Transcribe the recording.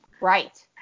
right